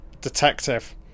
detective